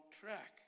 track